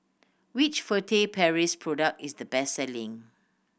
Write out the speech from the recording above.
which Furtere Paris product is the best selling